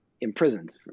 imprisoned